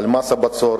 על מס הבצורת,